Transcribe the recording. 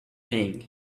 thing